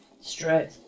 straight